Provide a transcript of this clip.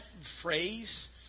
phrase